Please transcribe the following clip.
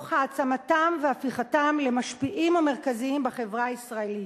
תוך העצמתם והפיכתם למשפיעים המרכזיים בחברה בישראלית.